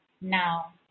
now